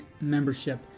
membership